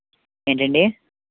ఏంటండి